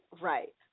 Right